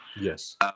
Yes